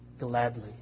gladly